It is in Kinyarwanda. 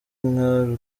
nka